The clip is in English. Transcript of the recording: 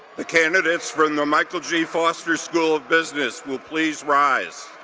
the candidates from the michael g. foster school of business will please rise.